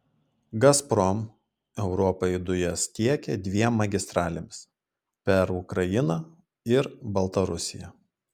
gazprom europai dujas tiekia dviem magistralėmis per ukrainą ir baltarusiją